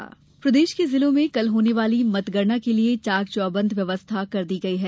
मतगणना जिला प्रदेश के जिलों में कल होने वाली मतगणना के लिए चाकचौबंद व्यवस्था कर दी गई है